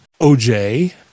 OJ